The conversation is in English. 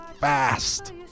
fast